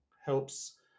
helps